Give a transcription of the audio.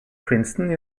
princeton